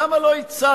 למה לא הצעתם,